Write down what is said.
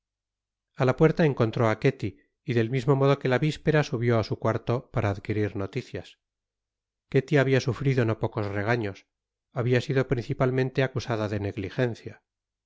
a la puerta encontró á ketty y del mismo modo que la vispera subió á su cuarto para adquirir noticias ketty habia sufrido no pocos regaños habia sido principalmente acusada de negligencia